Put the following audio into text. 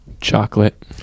chocolate